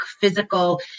physical